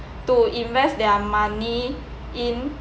to invest their money in